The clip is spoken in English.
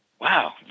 wow